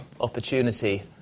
opportunity